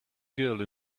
girl